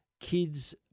kids